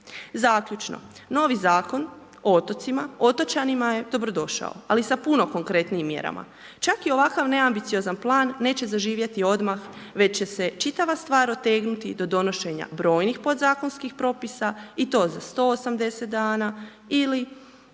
Zaključno, novi Zakon o otocima otočanima je dobrodošao. Ali sa puno konkretnijim mjerama. Čak i ovakav neambiciozan plan neće zaživjeti odmah, već će se čitava stvar otegnuti do donošenja brojnih podzakonskih propisa i to za 180 dana ili